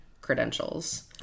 credentials